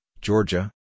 Georgia